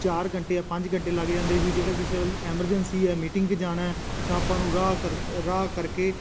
ਚਾਰ ਘੰਟੇ ਜਾਂ ਪੰਜ ਘੰਟੇ ਲੱਗ ਜਾਂਦੇ ਸੀ ਜੇਕਰ ਕਿਸੇ ਵਾਰੀ ਐਮਰਜੈਂਸੀ ਹੈ ਮੀਟਿੰਗ 'ਚ ਜਾਣਾ ਤਾਂ ਆਪਾਂ ਨੂੰ ਰਾਹ ਕਰ ਰਾਹ ਕਰਕੇ